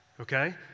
okay